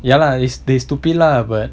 ya lah is they stupid lah but